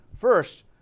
First